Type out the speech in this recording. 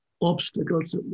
obstacles